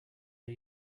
are